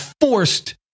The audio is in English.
forced